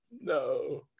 no